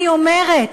אני אומרת,